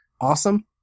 awesome